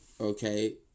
okay